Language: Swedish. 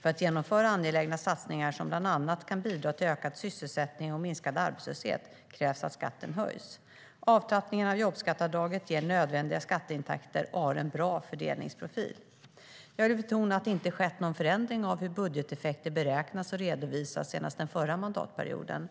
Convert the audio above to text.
För att genomföra angelägna satsningar som bland annat kan bidra till ökad sysselsättning och minskad arbetslöshet krävs att skatten höjs. Avtrappningen av jobbskatteavdraget ger nödvändiga skatteintäkter och har en bra fördelningsprofil. Jag vill betona att det inte skett någon förändring av hur budgeteffekter beräknas och redovisas sedan den förra mandatperioden.